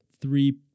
three